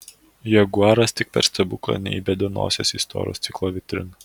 jaguaras tik per stebuklą neįbedė nosies į storo stiklo vitriną